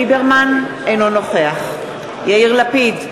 אינו נוכח יאיר לפיד,